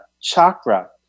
chakra